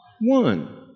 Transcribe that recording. one